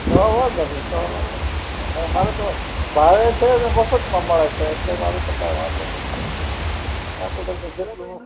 તો વાંધો નહીં તો વાંધો નહીં મારે તો ભાવે છે ને મફતમાં મળે છે એટલે મારે તો કાંઈ વાંધો નહીં હા આપણે તો છેવટે હું